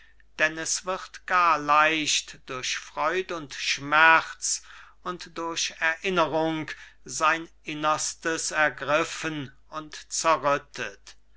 denn es wird gar leicht durch freud und schmerz und durch erinnerung sein innerstes ergriffen und zerrüttet